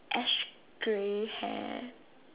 ash grey hair